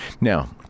Now